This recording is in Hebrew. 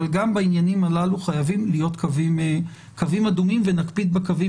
אבל גם בעניינים הללו חייבים להיות קווים אדומים ונקפיד בקווים